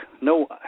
no